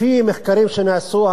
לפי מחקרים שנעשו,